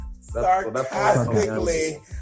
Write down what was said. sarcastically